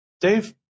Dave